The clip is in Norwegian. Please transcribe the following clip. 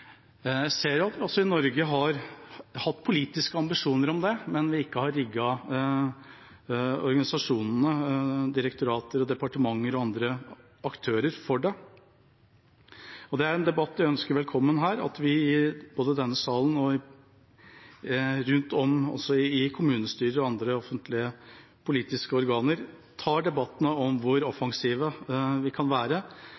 Jeg ser at vi også i Norge har hatt politiske ambisjoner om det, men at vi ikke har rigget organisasjoner, direktorater, departementer og andre aktører for det. Det er en debatt jeg ønsker velkommen: at vi, både i denne sal og rundt om i kommunestyrer og andre offentlige politiske organer, tar debatten om hvor